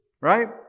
Right